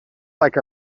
like